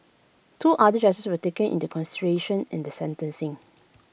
two other charges were taken into consideration in the sentencing